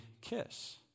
kiss